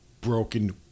broken